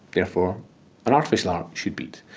therefore an artificial heart should beat.